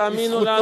תאמינו לנו,